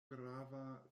grava